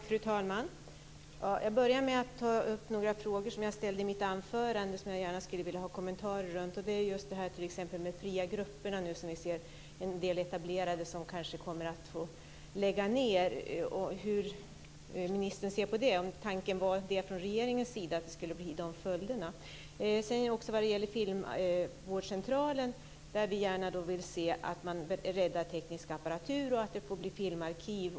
Fru talman! Jag börjar med att ta upp några frågor som jag ställde i mitt anförande, som jag gärna skulle vilja ha kommentarer runt, och det är ju just det här t.ex. med de fria grupperna; vi ser nu att en del etablerade kanske kommer att få lägga ned. Hur ser ministern på det? Var det tanken från regeringens sida att det skulle bli de följderna? När det gäller filmvårdscentralen vill vi gärna se att man räddar teknisk apparatur och att det får bli filmarkiv.